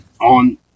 on